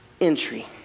entry